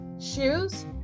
Shoes